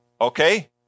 Okay